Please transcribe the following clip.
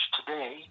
today